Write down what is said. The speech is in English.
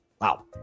Wow